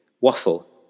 waffle